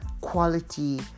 quality